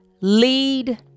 lead